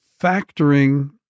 factoring